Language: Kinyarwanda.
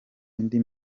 indi